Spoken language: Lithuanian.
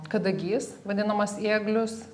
kadagys vadinamas ėglius